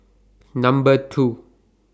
Number two